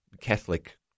Catholic